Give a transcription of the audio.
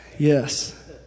Yes